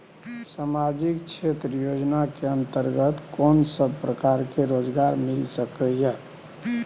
सामाजिक क्षेत्र योजना के अंतर्गत कोन सब प्रकार के रोजगार मिल सके ये?